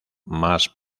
más